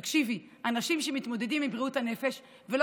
תקשיבי: אנשים שמתמודדים עם בריאות הנפש ולא